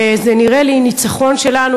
וזה נראה לי ניצחון שלנו,